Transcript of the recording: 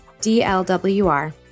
DLWR